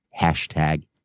hashtag